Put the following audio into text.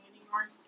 anymore